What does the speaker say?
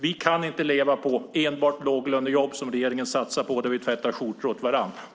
Vi kan inte leva på enbart låglönejobb, som regeringen satsar på, där vi tvättar skjortor åt varandra.